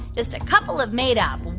just a couple of made-up